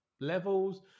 levels